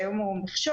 שהיום הוא מכשול,